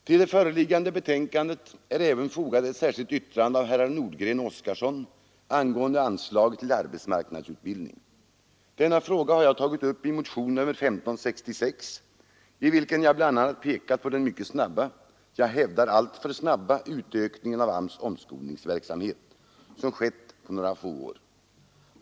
Till det föreliggande betänkandet är även fogat ett särskilt yttrande av herrar Nordgren och Oskarson angående anslaget till arbetsmarknadsutbildning. Denna fråga har jag tagit upp i motion nr 1566, i vilken jag bl.a. pekat på den mycket snabba — jag hävdar alltför snabba — utökningen av AMS:s omskolningsverksamhet, som skett på några få år.